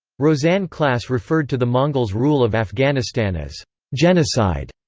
rosanne klass referred to the mongols' rule of afghanistan as genocide.